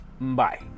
Bye